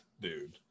dude